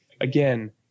again